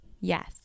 yes